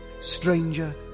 stranger